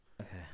Okay